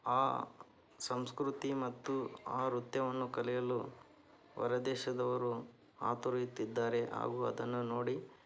ಆ ಸಂಸ್ಕೃತಿ ಮತ್ತು ಆ ವೃತ್ಯವನ್ನು ಕಲಿಯಲು ಹೊರದೇಶದವರು ಹಾತೊರೆಯುತ್ತಿದ್ದಾರೆ ಹಾಗೂ ಅದನ್ನು ನೋಡಿ